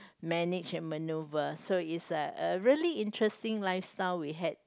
manage and manoeuvre so its a a really interesting lifestyle we had